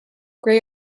gray